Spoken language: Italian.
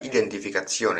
identificazione